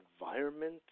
environment